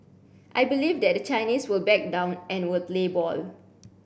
I believe that the Chinese will back down and will play ball